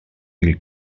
mil